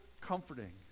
comforting